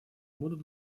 будут